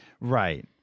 right